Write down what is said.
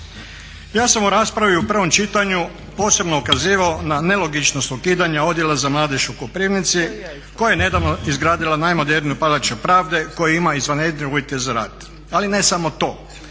Ja sam u raspravi u prvom čitanju posebno ukazivao na nelogičnost ukidanja odjela za mladež u Koprivnici koja je nedavno izgradila najmoderniju Palaču pravde koja ima izvanredne uvjete za rad. Ali ne samo to.